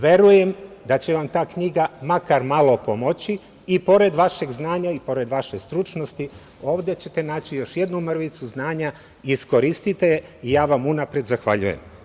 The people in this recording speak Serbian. Verujem da će vam ta knjiga makar malo pomoći i pored vašeg znanja i pored vaše stručnosti, ovde ćete naći još jednu mrvicu znanja, iskoristite je i ja vam unapred zahvaljujem.